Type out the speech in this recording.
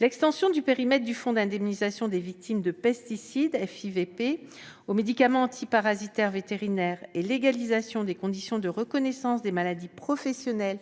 L'extension du périmètre du fonds d'indemnisation des victimes de pesticides (FIVP) aux médicaments antiparasitaires vétérinaires et l'égalisation des conditions de reconnaissance des maladies professionnelles